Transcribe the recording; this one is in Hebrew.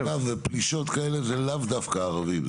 --- פלישות כאלה זה לאו דווקא ערבים,